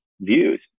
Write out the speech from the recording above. views